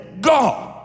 God